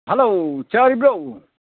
hello ꯆꯥꯔꯕ꯭ꯔꯣ